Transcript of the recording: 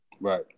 Right